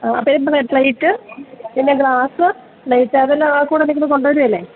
വേണ്ടത് പ്ലേറ്റ് പിന്നെ glass plate അതെല്ലാം ആ കൂട്ടത്തില് കൊണ്ടുവരുകേലേ